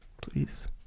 please